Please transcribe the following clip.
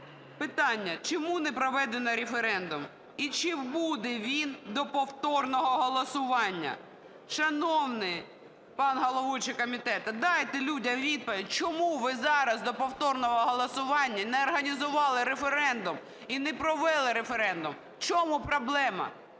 Питання: "Чому не проведено референдум? І чи буде він до повторного голосування?" Шановний пан головуючий комітету, дайте людям відповідь, чому ви зараз до повторного голосування не організували референдум і не провели референдум? В чому проблема?